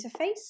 interface